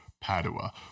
Padua